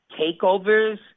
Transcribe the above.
Takeovers